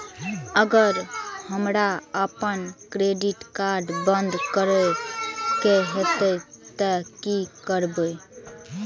अगर हमरा आपन क्रेडिट कार्ड बंद करै के हेतै त की करबै?